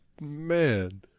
man